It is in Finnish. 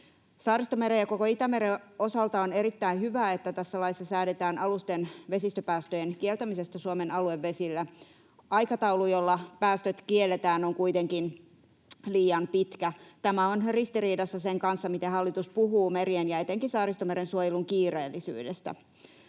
Saaristomeren ja koko Itämeren osalta on erittäin hyvä, että tässä laissa säädetään alusten vesistöpäästöjen kieltämisestä Suomen aluevesillä. Aikataulu, jolla päästöt kielletään, on kuitenkin liian pitkä. Tämä on ristiriidassa sen kanssa, miten hallitus puhuu merien ja etenkin Saaristomeren suojelun kiireellisyydestä.